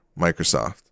microsoft